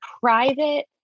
private